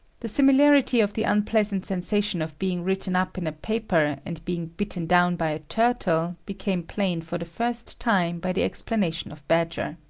the similarity of the unpleasant sensation of being written-up in a paper and being bitten-down by a turtle became plain for the first time by the explanation of badger.